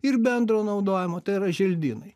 ir bendro naudojimo tai yra želdynai